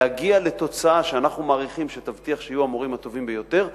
להגיע לתוצאה שאנחנו מעריכים שתבטיח שיהיו המורים הטובים ביותר,